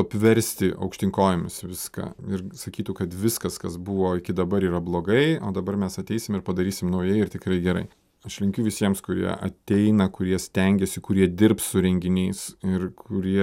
apversti aukštyn kojomis viską ir sakytų kad viskas kas buvo iki dabar yra blogai o dabar mes ateisim ir padarysim naujai ir tikrai gerai aš linkiu visiems kurie ateina kurie stengiasi kurie dirbs su renginiais ir kurie